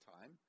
time